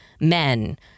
men